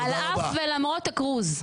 על אף ולמרות הקרוז.